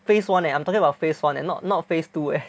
phase one eh I'm talking about phase one and not not phase two eh